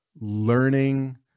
learning